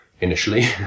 initially